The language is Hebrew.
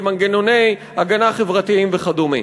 במנגנוני הגנה חברתיים וכדומה.